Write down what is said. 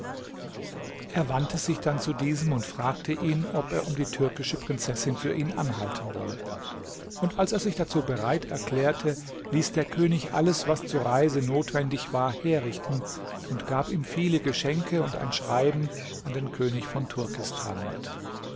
er wandte sich dann zu diesem und fragte ihn ob er um die türkische prinzessin für ihn anhalten wolle und als er sich dazu bereit erklärte ließ der könig alles was zur reise notwendig war herrichten und gab ihm viele geschenke und ein schreiben an den könig von turkistan mit